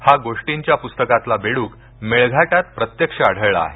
हा गोष्टींच्या प्स्तकातला बेडूक मेळघाटात प्रत्यक्ष आढळला आहे